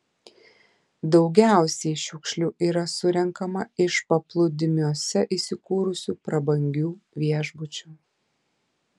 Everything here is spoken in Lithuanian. daugiausiai šiukšlių yra surenkama iš paplūdimiuose įsikūrusių prabangių viešbučių